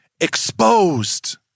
exposed